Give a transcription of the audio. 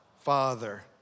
Father